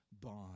bond